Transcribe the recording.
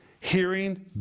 hearing